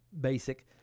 basic